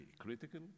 critical